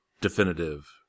definitive